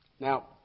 Now